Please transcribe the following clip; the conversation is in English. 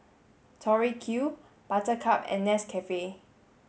Tori Q Buttercup and Nescafe